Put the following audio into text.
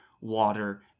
water